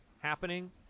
happening